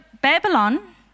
Babylon